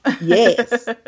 Yes